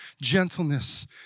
gentleness